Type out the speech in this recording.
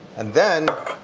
and then